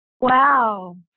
Wow